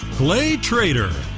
clay trader.